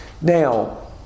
Now